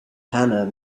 hannah